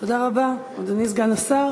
תודה רבה, אדוני סגן השר.